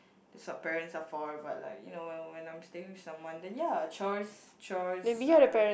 that's what parents are for but like you know when when I'm staying with someone then ya chores chores are